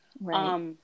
Right